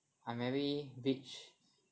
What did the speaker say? I very rich